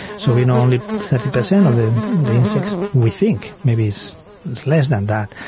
so we know only thirty percent of the the insects we think, maybe it's less than that.